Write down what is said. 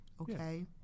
okay